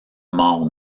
mort